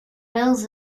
mills